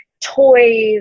toys